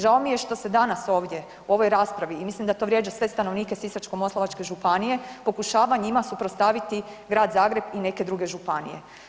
Žao mi je što se danas to ovdje u ovoj raspravi i mislim da to vrijeđa sve stanovnike Sisačko-moslavačke županije pokušava njima suprotstaviti Grad Zagreb i neke druge županije.